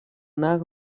نقل